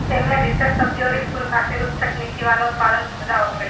एमे अधिकतर सब्जी अउरी फूल खातिर उच्च तकनीकी वाला उत्पादन सुविधा होखेला